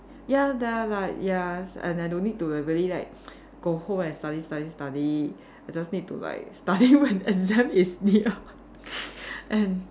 ya they are like ya and I don't need to really like go home and study study study I just need to like study when exam is near and